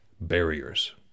barriers